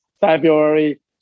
February